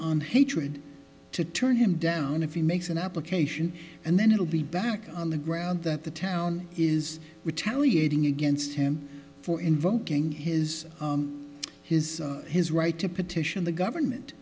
on hatred to turn him down if he makes an application and then it'll be back on the ground that the town is retaliating against him for invoking his his his right to petition the government